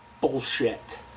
bullshit